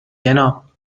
جناب